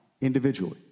individually